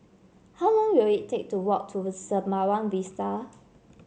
how long will it take to walk to Sembawang Vista